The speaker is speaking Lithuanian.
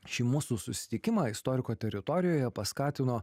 šį mūsų susitikimą istoriko teritorijoje paskatino